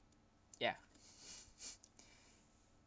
ya